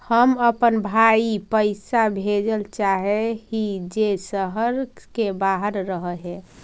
हम अपन भाई पैसा भेजल चाह हीं जे शहर के बाहर रह हे